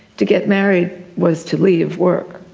to get married was to leave work.